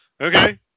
okay